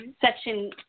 section